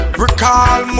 recall